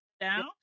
down